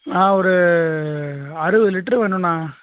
ஆ ஒரு அறுபது லிட்ரு வேணுண்ணா